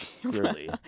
clearly